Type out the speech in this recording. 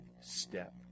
step